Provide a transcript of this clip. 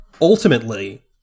ultimately